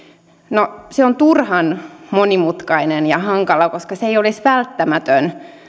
no se on turhan monimutkainen ja hankala koska se ei olisi välttämätön